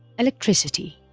electricity